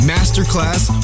Masterclass